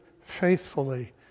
faithfully